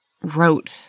wrote